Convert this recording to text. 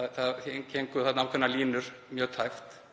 þarna gengu ákveðnar línur mjög tæpt,